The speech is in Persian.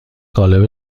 قالب